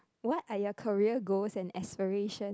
what are your career goals and aspiration